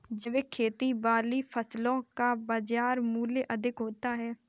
जैविक खेती वाली फसलों का बाजार मूल्य अधिक होता है